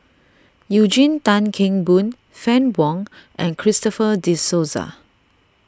Eugene Tan Kheng Boon Fann Wong and Christopher De Souza